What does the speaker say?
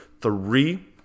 Three